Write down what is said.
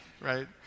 right